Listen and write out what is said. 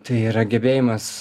tai yra gebėjimas